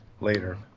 later